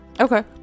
Okay